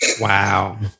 Wow